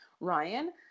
Ryan